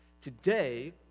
Today